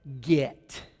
get